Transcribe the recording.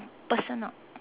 personal